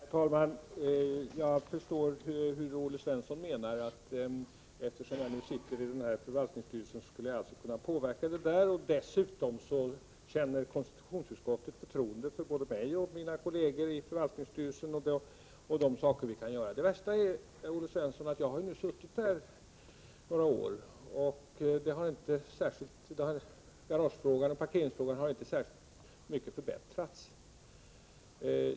Herr talman! Jag förstår vad Olle Svensson menar. Eftersom jag nu sitter i förvaltningsstyrelsen skulle jag alltså kunna påverka frågan. Dessutom känner konstitutionsutskottet förtroende för både mig och mina kolleger i förvaltningsstyrelsen. Det värsta är, Olle Svensson, att under de år som jag suttit där har inte garageeller parkeringssituationen förbättrats särskilt mycket.